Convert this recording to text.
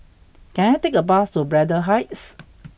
can I take a bus to Braddell Heights